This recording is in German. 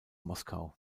moskau